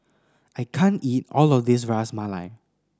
I can't eat all of this Ras Malai